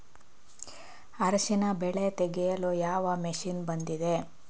ಅರಿಶಿನ ಬೆಳೆ ತೆಗೆಯಲು ಯಾವ ಮಷೀನ್ ಬಂದಿದೆ?